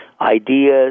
ideas